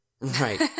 Right